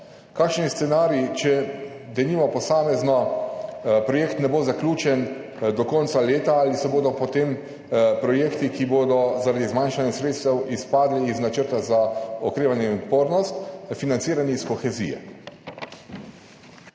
Kakšen je scenarij, če denimo posamezen projekt ne bo zaključen do konca leta, ali se bodo potem projekti, ki bodo zaradi zmanjšanja sredstev izpadli iz Načrta za okrevanje in odpornost, financirali iz kohezije?